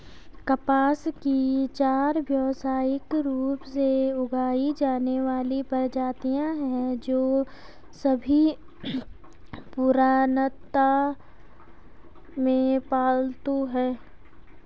कपास की चार व्यावसायिक रूप से उगाई जाने वाली प्रजातियां हैं, जो सभी पुरातनता में पालतू हैं